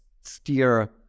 steer